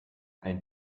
ein